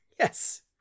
Yes